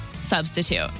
substitute